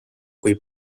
kui